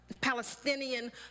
Palestinian